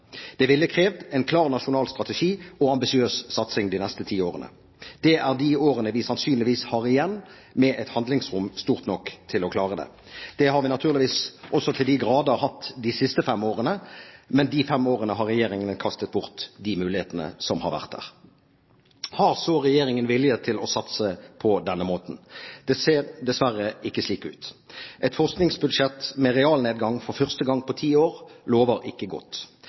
Det ville krevd en klar nasjonal strategi og ambisiøs satsing de neste ti årene. Det er de årene vi sannsynligvis har igjen med et handlingsrom stort nok til å klare det. Det har vi naturligvis også til de grader hatt de siste fem årene, men de fem årene har regjeringen kastet bort de mulighetene som har vært der. Har regjeringen vilje til å satse på denne måten? Det ser dessverre ikke slik ut. Et forskningsbudsjett med realnedgang for første gang på ti år lover ikke godt.